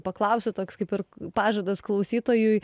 paklausiu toks kaip ir pažadas klausytojui